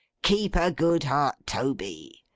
keep a good heart, toby!